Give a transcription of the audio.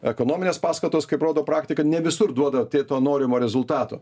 ekonominės paskatos kaip rodo praktika ne visur duoda tie to norimo rezultato